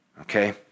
okay